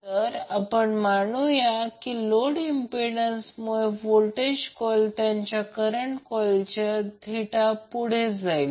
तर पॉवर फॅक्टरमधून reactive power absorbed load देखील शोधता येते कारण पॉवर फॅक्टर दिले आहे